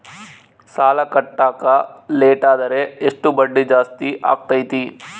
ಸಾಲ ಕಟ್ಟಾಕ ಲೇಟಾದರೆ ಎಷ್ಟು ಬಡ್ಡಿ ಜಾಸ್ತಿ ಆಗ್ತೈತಿ?